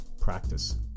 practice